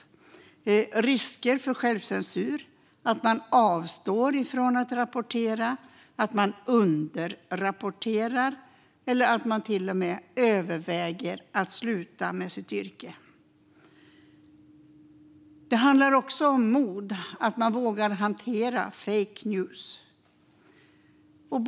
Det finns risk för självcensur, att man avstår från att rapportera eller att man underrapporterar. Det finns till och med de som överväger att sluta med sitt yrke. Det handlar också om modet att våga hantera fake news.